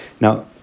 Now